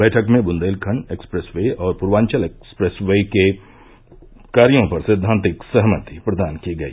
बैठक में Bundelkhand expressway और पूर्वांचल एक्सप्रेस वे पर कार्यो हेतु सैद्दान्तिक सहमति प्रदान की गई